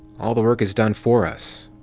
all the work is done for us.